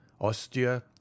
ostia